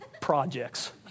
projects